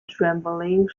trembling